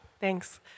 Thanks